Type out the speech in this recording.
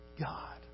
God